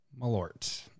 Malort